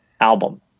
album